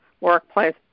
Workplace